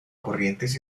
corrientes